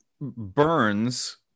burns